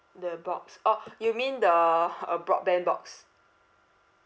the box orh you mean the uh broadband box